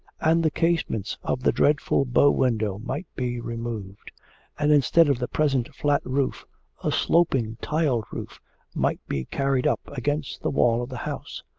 and the casements of the dreadful bow-window might be removed and instead of the present flat roof a sloping tiled roof might be carried up against the wall of the house.